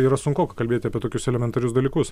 yra sunkoka kalbėti apie tokius elementarius dalykus